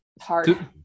hard